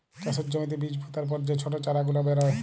চাষের জ্যমিতে বীজ পুতার পর যে ছট চারা গুলা বেরয়